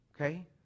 Okay